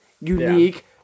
unique